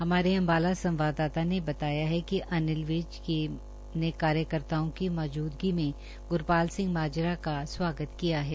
हमारे अंबाला से संवाददाता ने बताया है कि मंत्री अनिल विज ने कार्यकर्ताओं की मौजूदगी में गुरपाल सिंह माजरा का स्वागत किया है